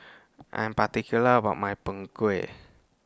I Am particular about My Png Kueh